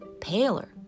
Paler